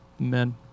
Amen